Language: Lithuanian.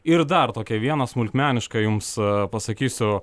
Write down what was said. ir dar tokią vieną smulkmenišką jums pasakysiu